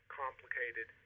complicated